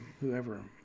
whoever